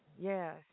Yes